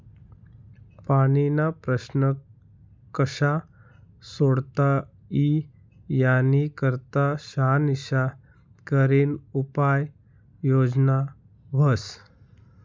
पाणीना प्रश्न कशा सोडता ई यानी करता शानिशा करीन उपाय योजना व्हस